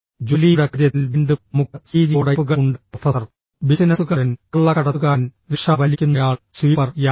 ജോലിയുടെ കാര്യത്തിൽ വീണ്ടും നമുക്ക് സ്റ്റീരിയോടൈപ്പുകൾ ഉണ്ട് പ്രൊഫസർ ബിസിനസുകാരൻ കള്ളക്കടത്തുകാരൻ റിക്ഷാ വലിക്കുന്നയാൾ സ്വീപ്പർ യാചകൻ